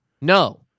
No